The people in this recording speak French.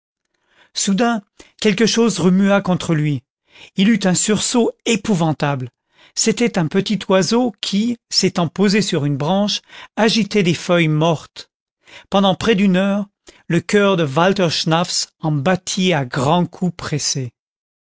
soudain quelque chose remua contre lui il eut un sursaut épouvantable c'était un petit oiseau qui s'étant posé sur une branche agitait des feuilles mortes pendant près d'une heure le coeur de walter schnaffs en battit à grands coups pressés